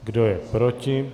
Kdo je proti?